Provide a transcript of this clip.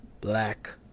black